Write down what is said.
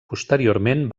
posteriorment